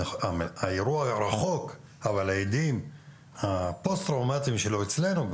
האירוע אמנם רחוק אבל ההדים הפוסט-טראומטיים שלו כבר נמצאים אצלנו,